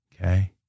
Okay